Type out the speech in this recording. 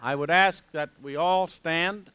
i would ask that we all stand